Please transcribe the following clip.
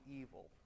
evil